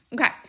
Okay